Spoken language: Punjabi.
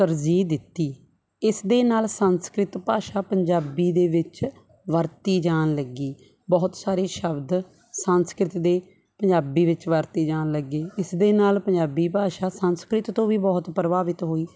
ਤਰਜੀਹ ਦਿੱਤੀ ਇਸ ਦੇ ਨਾਲ ਸੰਸਕ੍ਰਿਤ ਭਾਸ਼ਾ ਪੰਜਾਬੀ ਦੇ ਵਿੱਚ ਵਰਤੀ ਜਾਣ ਲੱਗੀ ਬਹੁਤ ਸਾਰੇ ਸ਼ਬਦ ਸੰਸਕ੍ਰਿਤ ਦੇ ਪੰਜਾਬੀ ਵਿੱਚ ਵਰਤੇ ਜਾਣ ਲੱਗੇ ਇਸ ਦੇ ਨਾਲ ਪੰਜਾਬੀ ਭਾਸ਼ਾ ਸੰਸਕ੍ਰਿਤ ਤੋਂ ਵੀ ਬਹੁਤ ਪ੍ਰਭਾਵਿਤ ਹੋਈ